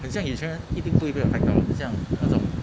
很像有钱人一定不会 get affect 到 liao 很像那种